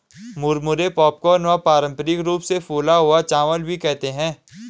मुरमुरे पॉपकॉर्न व पारम्परिक रूप से फूला हुआ चावल भी कहते है